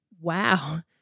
wow